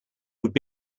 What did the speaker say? would